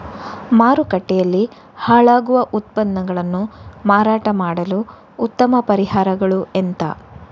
ಮಾರುಕಟ್ಟೆಯಲ್ಲಿ ಹಾಳಾಗುವ ಉತ್ಪನ್ನಗಳನ್ನು ಮಾರಾಟ ಮಾಡಲು ಉತ್ತಮ ಪರಿಹಾರಗಳು ಎಂತ?